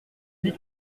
dit